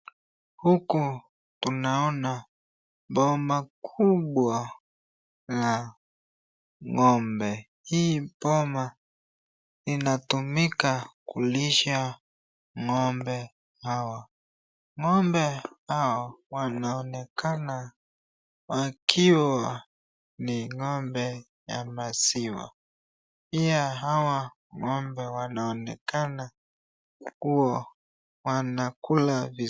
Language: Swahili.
Huku tunaona boma kubwa la ng'ombe. Hii boma inatumika kulisha ng'ombe hawa. Ng'ombe hao wanaonekana wakiwa ni ng'ombe ya maziwa. Pia, hawa ng'ombe wanaonekana kuwa wanakula vizuri.